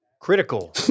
critical